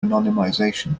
anonymisation